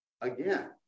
again